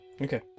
Okay